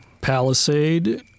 palisade